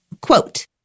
Quote